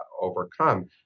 overcome